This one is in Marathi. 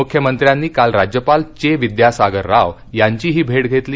मुख्यमंत्र्यांनी काल राज्यपाल चे विद्यासागर राव यांचीही भेट घेतली